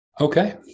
Okay